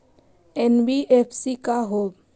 NBFC का होब?